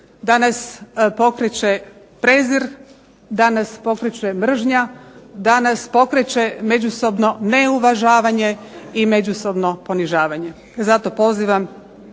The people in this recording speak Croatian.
da nas pokreće prezir, da nas pokreće mržnja, da nas pokreće međusobno neuvažavanje i međusobno ponižavanje. Zato pozivam